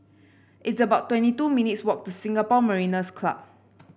it's about twenty two minutes' walk to Singapore Mariners' Club